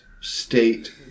state